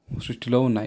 సృష్టిలో ఉన్నాయి